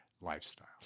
lifestyle